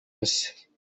wose